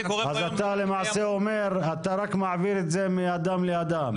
אז אתה למעשה אומר אתה רק מעביר את זה מאדם לאדם.